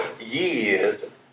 years